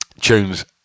tunes